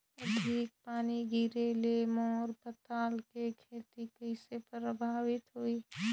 अधिक पानी गिरे ले मोर पताल के खेती कइसे प्रभावित होही?